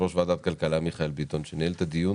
ראש ועדת הכלכלה מיכאל ביטון שניהל את הדיון